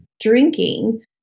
drinking